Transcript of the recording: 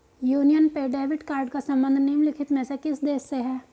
Union Pay debit card का संबंध निम्नलिखित में से किस देश से है?